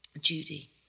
judy